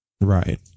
Right